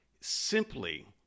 simply